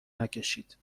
نکشید